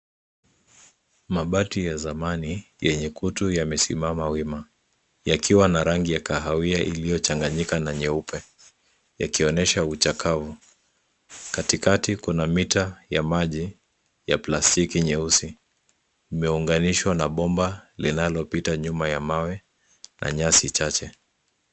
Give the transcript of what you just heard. Mabati ya zamani yenye kutu yamesimama wima yakiwa na rangi ya kahawia iliyo changanyika na nyeupe yakionyesha uchakao katikati kuna mita ya maji ya plastiki nyeusi imeunganishwa na bomba linalopita nyuma ya mawe na nyasi chache.